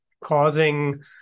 causing